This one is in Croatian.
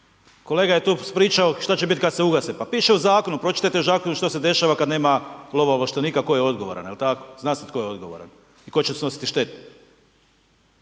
kolega je tu pričao što će biti kad se ugase? Pa piše u zakonu, pročitajte u zakonu što se dešava kad nema lovoovlaštenika koji je odgovoran, jel tako? Zna se tko je odgovoran i tko će snositi štetu.